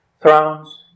thrones